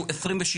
הוא 26%,